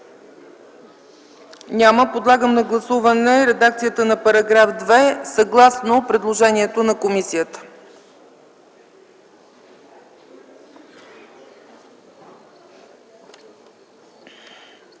Няма. Предлагам на гласуване редакцията на § 2 съгласно предложението на комисията.